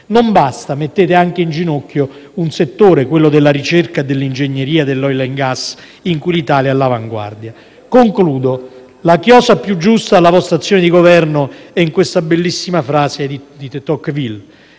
Non basta, mettete anche in ginocchio un settore - quello della ricerca e dell'ingegneria dell'oil and gas, in cui l'Italia è all'avanguardia. La chiosa più giusta alla vostra azione di Governo è in questa bellissima frase di Alexis